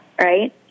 right